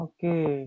Okay